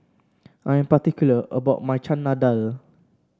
I'm particular about my Chana Dal